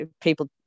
people